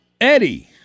Eddie